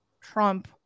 Trump